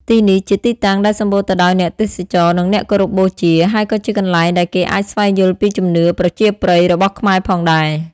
ទីនេះជាទីតាំងដែលសម្បូរទៅដោយអ្នកទេសចរ និងអ្នកគោរពបូជា ហើយក៏ជាកន្លែងដែលគេអាចស្វែងយល់ពីជំនឿប្រជាប្រិយរបស់ខ្មែរផងដែរ។